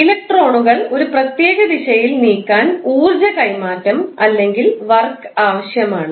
ഇലക്ട്രോണുകൾ ഒരു പ്രത്യേക ദിശയിൽ നീക്കാൻ ഊർജ്ജ കൈമാറ്റം അല്ലെങ്കിൽ വർക്ക് ആവശ്യമാണ്